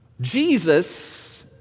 Jesus